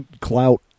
clout